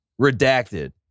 Redacted